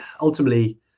ultimately